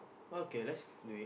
okay let's do it